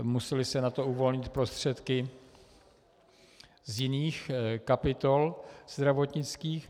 Musely se na to uvolnit prostředky z jiných kapitol zdravotnických.